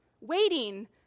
Waiting